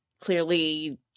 clearly